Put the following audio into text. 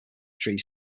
tree